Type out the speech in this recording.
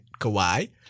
Kawhi